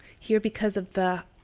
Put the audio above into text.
here because of the.